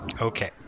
Okay